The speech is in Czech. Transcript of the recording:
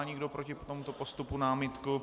Nemá nikdo proti tomuto postupu námitku?